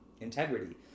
integrity